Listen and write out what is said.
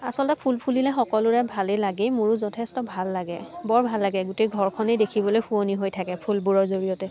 আচলতে ফুল ফুলিলে সকলোৰে ভালেই লাগে মোৰো যথেষ্ট ভাল লাগে বৰ ভাল লাগে গোটেই ঘৰখনেই দেখিবলৈ শুৱনি হৈ থাকে ফুলবোৰৰ জৰিয়তে